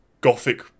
gothic